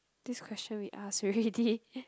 this question we ask already